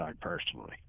personally